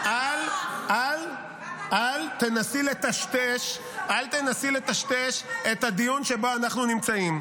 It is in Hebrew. כמה נוח --- אל תנסי לטשטש את הדיון שבו אנחנו נמצאים.